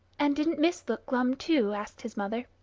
and didn't miss look glum too? asked his mother.